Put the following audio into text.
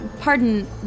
pardon